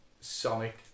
Sonic